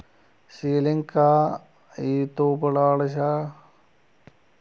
shearing या तो manual blade या मशीन शीयर से की जा सकती है